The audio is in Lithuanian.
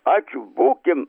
ačiū būkim